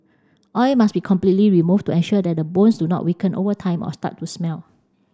oil must be completely removed to ensure that the bones do not weaken over time or start to smell